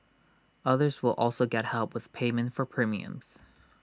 others will also get help with payment for premiums